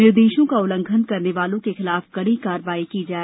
निर्देशों का उल्लंघन करने वालों के खिलाफ कड़ी कार्रवाई की जाए